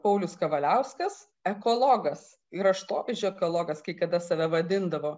paulius kavaliauskas ekologas kraštovaizdžio ekologas kai kada save vadindavo